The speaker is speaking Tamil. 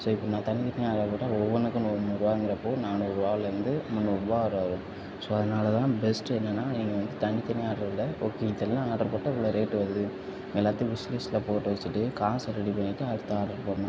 ஸோ இப்போ நான் தனி தனியாக ஆர்டர் போட்டால் ஒவ்வொன்னுக்கும் நூறு நூறுரூவாங்குறப்போ நானுறுவாலேருந்து முந்நூறுரூபா வரை ஸோ அதனால தான் பெஸ்ட்டு என்னான்னா நீங்கள் வந்து தனித்தனியாக ஆர்டர் பண்றதை விட ஓகே இதெல்லாம் ஆர்டர் போட்டால் இவ்வளோ ரேட்டு வருது எல்லாத்தையும் விஷ் லிஸ்ட்டில் போட்டு வச்சிட்டு காசை ரெடி பண்ணிவிட்டு அடுத்த ஆர்டர் போடணும்